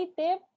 tip